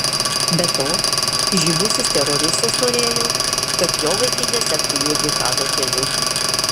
be to įžymusis teroristas norėjo kad jo vaikai nesektų juo džihado keliu